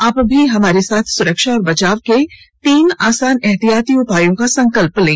आप भी हमारे साथ सुरक्षा और बचाव के तीन आसान एहतियाती उपायों का संकल्प लें